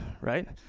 right